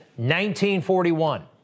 1941